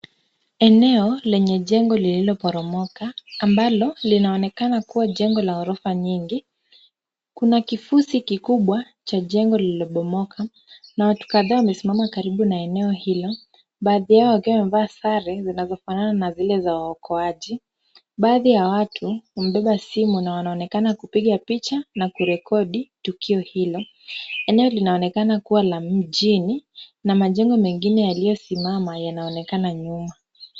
Eneo lenye jengo lililoporomoka ambalo linaonekana kuwa jengo la ghorofa nyingi. Kuna kifusi kikubwa cha jengo lililobomoka na watu kadhaa wamesimama karibu na eneo hilo. Baadhi yao wakiwa wamevaa sare zinazofanana na zile za waokoaji. Baadhi ya watu wamebeba simu na wanaonekana kupiga picha na kurekodi tukio hilo. Eneo linaonekana kuwa la mjini, na majengo mengine yaliyosimama yanaonekana nyuma.